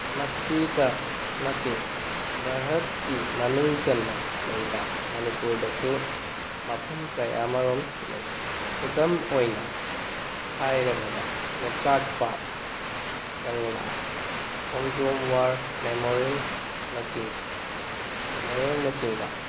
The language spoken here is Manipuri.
ꯃꯁꯤꯇ ꯅꯠꯇꯦ ꯚꯥꯔꯠꯀꯤ ꯃꯅꯨꯡ ꯆꯟꯅ ꯂꯩꯕ ꯃꯅꯤꯄꯨꯔꯗꯁꯨ ꯃꯐꯝ ꯀꯌꯥ ꯑꯃꯔꯣꯝ ꯂꯩ ꯈꯨꯗꯝ ꯑꯣꯏꯅ ꯍꯥꯏꯔꯕꯗ ꯂꯣꯛꯇꯥꯛ ꯄꯥꯠ ꯀꯪꯂꯥ ꯈꯣꯡꯖꯣꯝ ꯋꯥꯔ ꯃꯦꯃꯣꯔꯤꯌꯜꯅꯆꯤꯡ ꯃꯦꯃꯣꯔꯤꯌꯜꯅꯆꯤꯡꯕ